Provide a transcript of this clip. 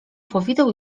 powideł